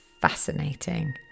fascinating